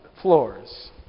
floors